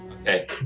Okay